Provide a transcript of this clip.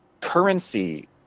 currency